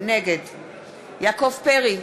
נגד יעקב פרי,